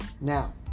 Now